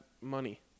money